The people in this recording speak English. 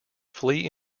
flee